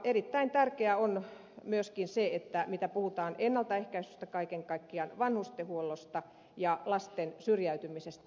erittäin tärkeää on myöskin se mitä puhutaan ennaltaehkäisystä kaiken kaikkiaan vanhustenhuollosta ja lasten syrjäytymisestä